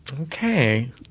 Okay